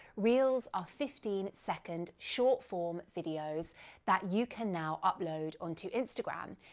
reels are fifteen second short form videos that you can now upload onto instagram.